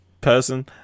person